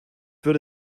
würde